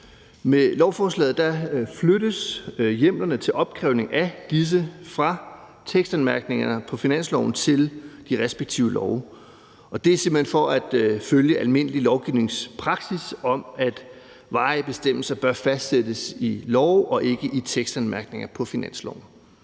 Med lovforslaget flyttes hjemlerne til opkrævning af disse fra tekstanmærkningerne på finansloven til de respektive love, og det er simpelt hen for at følge almindelig lovgivningspraksis om, at varige bestemmelser bør fastsættes i love og ikke i tekstanmærkninger på finansloven.